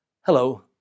Hello